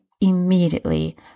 immediately